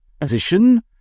position